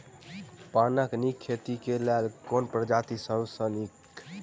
पानक नीक खेती केँ लेल केँ प्रजाति सब सऽ नीक?